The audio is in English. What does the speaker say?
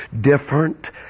different